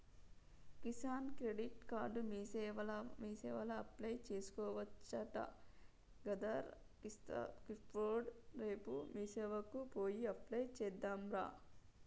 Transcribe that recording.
Kisan credit card మీసేవల apply చేసుకోవచ్చట గదరా కిషోర్ రేపు మీసేవకు పోయి అప్లై చెద్దాంరా